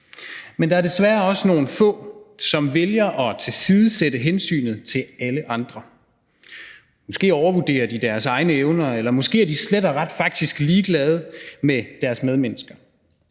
Men der er desværre også nogle få, som vælger at tilsidesætte hensynet til alle andre. Måske overvurderer de deres egne evner, eller måske er de slet og ret faktisk ligeglade med deres medmennesker.